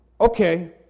Okay